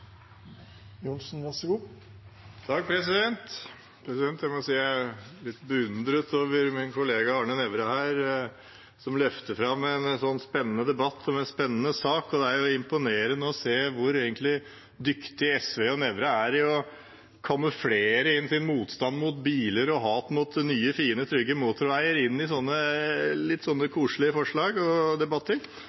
Jeg må si jeg beundrer min kollega Arne Nævra som her løfter fram en så spennende debatt om en spennende sak, og det er imponerende å se hvor dyktige SV og Nævra er i å kamuflere sin motstand mot biler og hat mot nye, fine, trygge motorveier inn i slike litt koselige forslag og debatter.